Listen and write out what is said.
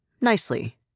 nicely